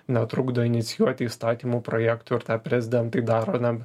netrukdo inicijuoti įstatymų projektų ir tą prezidentai daro na